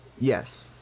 Yes